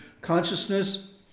Consciousness